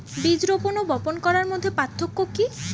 বীজ রোপন ও বপন করার মধ্যে পার্থক্য কি?